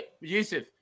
Yusuf